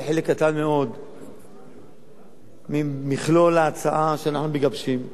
בחלק קטן ממכלול ההצעה שאנחנו מגבשים.